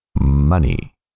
Money